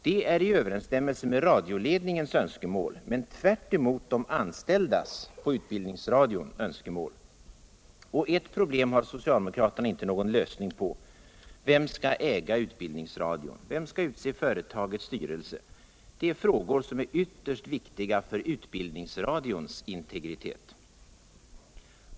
Det är t överensstämmelse med radioledningens önskemål men tvärtemot de anställdas på utbildningsradion önskemål. Ett problem har socialdemokraterna inte någon lösning på: Vem skall äga utbildningsradion? Vem skall utse företagets styrelse? Det är frågor som är ytterst viktiga för utbildningsradions integritet.